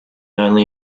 only